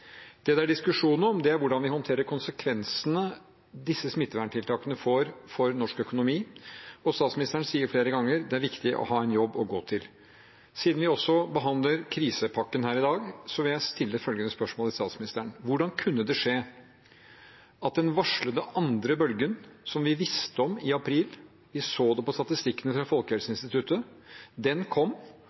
det. Det det er diskusjon om, er hvordan vi håndterer konsekvensene disse smitteverntiltakene får for norsk økonomi. Statsministeren sier flere ganger at det er viktig å ha en jobb å gå til. Siden vi også behandler krisepakken her i dag, vil jeg stille følgende spørsmål til statsministeren: Hvordan kunne det skje at da den varslede andre bølgen kom – som vi visste om i april, vi så det på statistikkene fra Folkehelseinstituttet